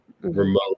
remote